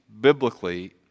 biblically